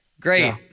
Great